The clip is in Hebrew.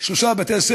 יש שלושה בתי-ספר,